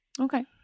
Okay